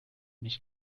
nicht